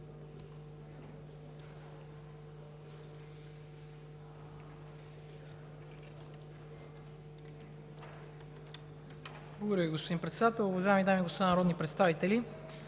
Благодаря Ви, господин Председател. Уважаеми дами и господа народни представители!